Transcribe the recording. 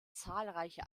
zahlreiche